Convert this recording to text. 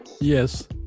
Yes